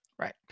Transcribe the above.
Right